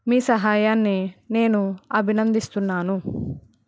మీ సహాయాన్ని నేను అభినందిస్తున్నాను